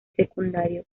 secundario